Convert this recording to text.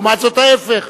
לעומת זאת ההיפך.